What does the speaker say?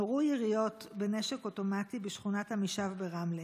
נורו יריות בנשק אוטומטי בשכונת עמישב ברמלה.